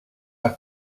have